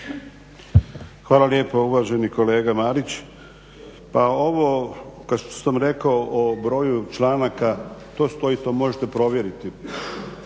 Hvala lijepo. Uvaženi kolega Marić, pa ovo kao što sam rekao o broju članaka, to stoji, to možete provjeriti,